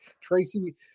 Tracy